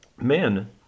men